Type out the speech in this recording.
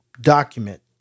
document